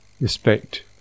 respect